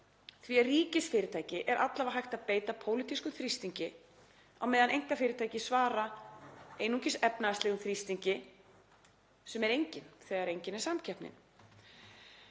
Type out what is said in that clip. því að ríkisfyrirtæki er alla vega hægt að beita pólitískum þrýstingi en einkafyrirtæki svara einungis efnahagslegum þrýstingi, sem er enginn þegar samkeppnin